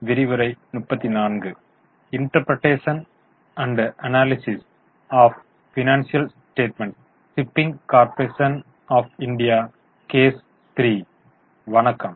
வணக்கம்